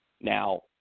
Now